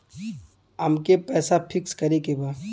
अमके पैसा फिक्स करे के बा?